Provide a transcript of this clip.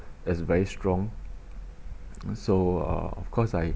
is very strong so uh of course I